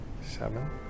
seven